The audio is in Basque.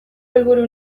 helburu